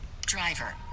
Driver